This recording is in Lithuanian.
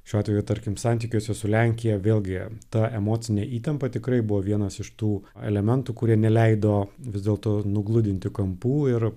šiuo atveju tarkim santykiuose su lenkija vėlgi ta emocinė įtampa tikrai buvo vienas iš tų elementų kurie neleido vis dėlto nugludinti kampų ir